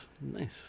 nice